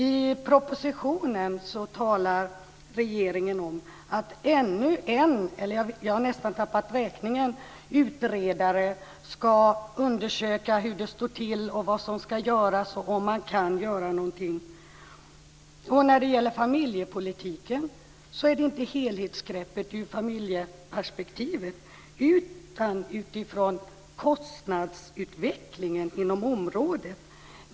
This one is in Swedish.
I propositionen talar regeringen om att ännu en - jag har nästan tappat räkningen - utredare ska undersöka hur det står till, vad som ska göras och om man kan göra någonting. När det gäller familjepolitiken är det inte helhetsgreppet i familjeperspektivet som gäller, utan kostnadsutvecklingen på området.